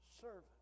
servant